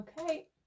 okay